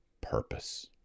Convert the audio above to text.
purpose